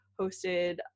hosted